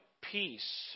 peace